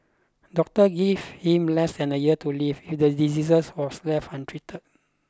doctors give him less than a year to live if the disease was left untreated